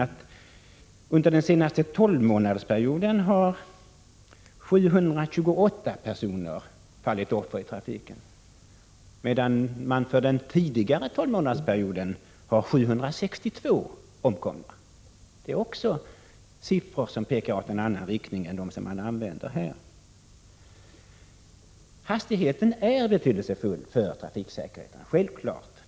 Man nämner inte heller något om de allra senaste rönen, som visar att 728 personer fallit offer i trafiken under den senaste tolvmånadersperioden, medan antalet omkomna under den föregående tolvmånadersperioden var 762. Även detta är siffror som pekar i en annan riktning än den man hänvisar till här. Hastigheten är betydelsefull för trafiksäkerheten. Självfallet är det så.